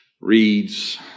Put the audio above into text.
reads